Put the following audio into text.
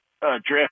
draft